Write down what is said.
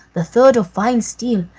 the third of fine steel,